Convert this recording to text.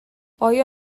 آیا